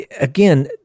again